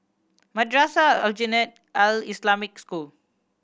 Madrasah Aljunied Al Islamic School